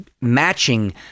matching